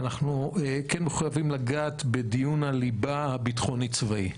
אנחנו חייבים לגעת בדיון הליבה הביטחוני-צבאי,